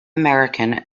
american